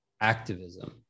activism